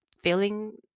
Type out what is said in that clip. feeling